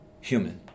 human